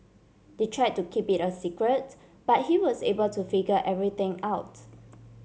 they try to keep it a secret but he was able to figure everything out